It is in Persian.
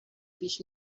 پیش